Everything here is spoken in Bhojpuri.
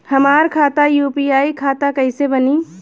हमार खाता यू.पी.आई खाता कइसे बनी?